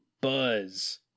Buzz